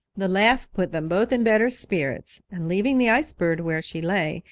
the laugh put them both in better spirits, and leaving the ice bird where she lay,